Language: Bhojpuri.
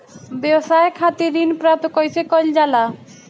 व्यवसाय खातिर ऋण प्राप्त कइसे कइल जाला?